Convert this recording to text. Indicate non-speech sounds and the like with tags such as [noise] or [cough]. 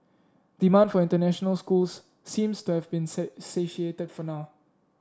demand for international schools seems to have been [unintelligible] satiated for now